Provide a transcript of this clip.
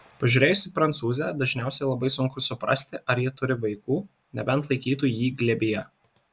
pažiūrėjus į prancūzę dažniausiai labai sunku suprasti ar ji turi vaikų nebent laikytų jį glėbyje